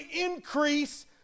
increase